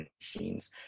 machines